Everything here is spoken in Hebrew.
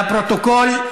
לפרוטוקול,